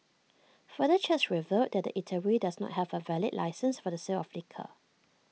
further checks revealed that the eatery does not have A valid licence for the sale of liquor